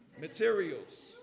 materials